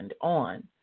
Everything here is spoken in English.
on